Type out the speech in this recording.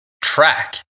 track